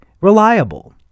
reliable